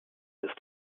ist